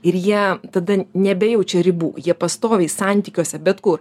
ir jie tada nebejaučia ribų jie pastoviai santykiuose bet kur